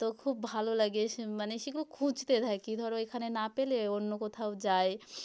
তো খুব ভালো লাগে সে মানে সেগুলো খুঁজতে থাকি ধরো এখানে না পেলে অন্য কোথাও যাই